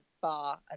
bar